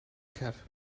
cat